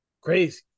crazy